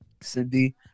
Cindy